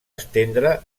estendre